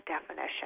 definition